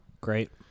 Great